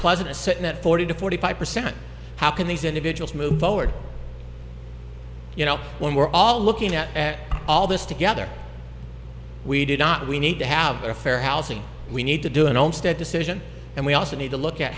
pleasant asserting that forty to forty five percent how can these individuals move forward you know when we're all looking at all this together we did not we need to have a fair housing we need to do instead decision and we also need to look at